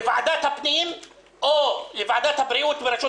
לוועדת הפנים או לוועדת הבריאות בראשות